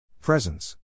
Presence